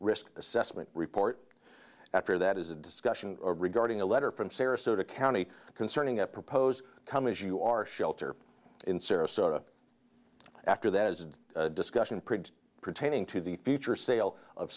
risk assessment report after that is a discussion regarding a letter from sarasota county concerning a proposed come as you are shelter in sarasota after that as discussion prigged pertaining to the future sale of